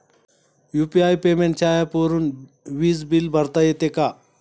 UPI पेमेंटच्या ऍपवरुन वीज बिल भरता येते का?